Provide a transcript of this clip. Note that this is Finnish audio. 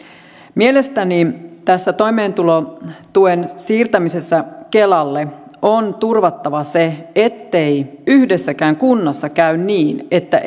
mielestäni tässä toimeentulotuen siirtämisessä kelalle on turvattava se ettei yhdessäkään kunnassa käy niin että